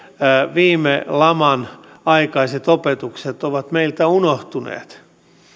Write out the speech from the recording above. viime laman aikaiset opetukset ovat meiltä unohtuneet